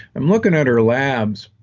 i'm looking at her labs,